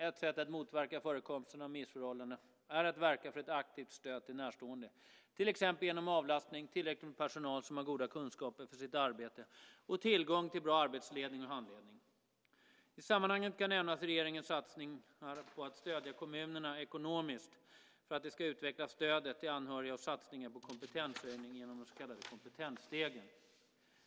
Ett sätt att motverka förekomsten av missförhållanden är att verka för ett aktivt stöd till närstående till exempel genom avlastning, tillräckligt med personal som har goda kunskaper för sitt arbete och tillgång till bra arbetsledning och handledning. I sammanhanget kan nämnas regeringens satsningar på att stödja kommunerna ekonomiskt för att de ska utveckla stödet till anhöriga och satsningarna på kompetenshöjning genom den så kallade Kompetensstegen.